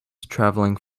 travelling